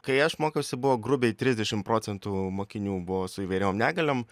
kai aš mokiausi buvo grubiai trisdešim procentų mokinių buvo su įvairiom negaliom